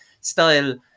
style